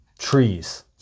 Trees